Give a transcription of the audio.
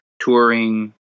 touring